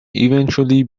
eventually